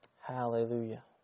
Hallelujah